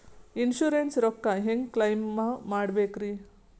Insurance ರೊಕ್ಕ ಹೆಂಗ claim ಮಾಡ್ಬೇಕ್ರಿ?